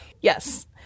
Yes